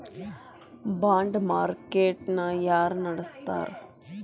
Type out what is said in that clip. ಬಾಂಡ market ನ ಯಾರ ನಡಸ್ತಾರ?